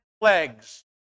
legs